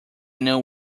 know